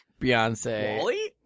Beyonce